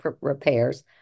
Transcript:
repairs